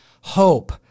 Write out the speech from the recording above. hope